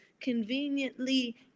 conveniently